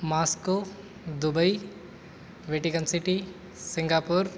Moscow Dubai Vatican city Singapore